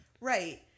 Right